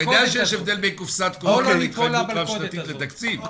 אתה יודע שיש ההבדל בין קופסאות קורונה להתחייבות רב שנתית לתקציבים.